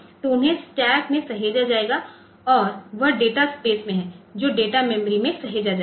तो उन्हें स्टैक में सहेजा जाएगा और वह डेटा स्पेस में है जो डेटा मेमोरी में सहेजा जाएगा